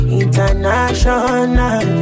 international